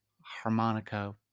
harmonica